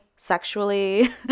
sexually